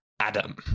Adam